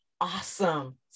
awesome